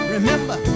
Remember